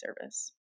service